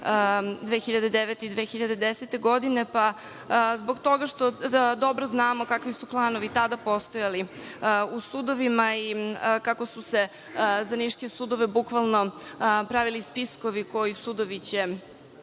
2009. i 2010. godine, pa zbog toga što dobro znamo kakvi su klanovi tada postojali u sudovima i kako su se za niške sudove bukvalno pravili spiskovi koji sudovi će